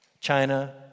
China